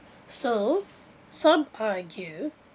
so some argue